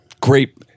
great